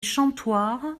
chantoirs